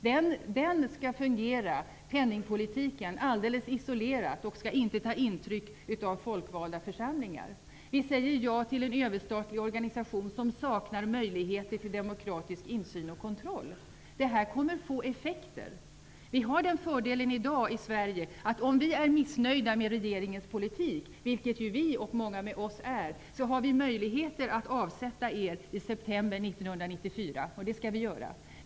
Penningpolitiken skall fungera alldeles isolerat och skall inte ta intryck av folkvalda församlingar. Vi säger ja till en överstatlig organisation som saknar möjligheter till demokratisk insyn och kontroll. Det kommer att få effekter. Vi har i dag den fördelen att om vi är missnöjda med regeringens politik, vilket vi och många med oss är, har vi möjligheter att avsätta er i september 1994, och det skall vi göra.